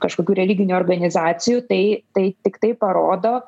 kažkokių religinių organizacijų tai tai tiktai parodo